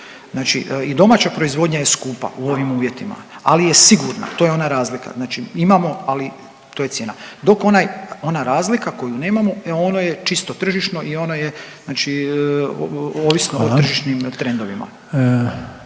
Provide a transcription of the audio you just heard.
Znači i domaća proizvodnja je skupa u ovim uvjetima, ali je sigurna to je ona razlika. Znači imamo ali to je cijena, dok onaj, ona razlika koju nemamo e ono je čisto tržišno i ono je znači ovisno o tržišnim trendovima.